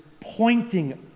pointing